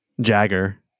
Jagger